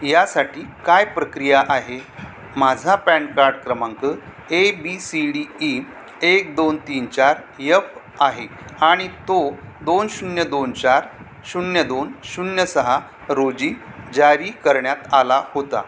यासाठी काय प्रक्रिया आहे माझा पॅण कार्ड क्रमांक A B C D E एक दोन तीन चार यफ् आहे आणि तो दोन शून्य दोन चार शून्य दोन शून्य सहा रोजी जारी करण्यात आला होता